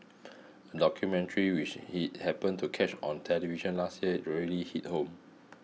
a documentary which he happened to catch on television last year really hit home